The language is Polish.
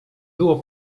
było